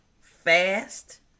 fast